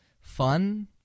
fun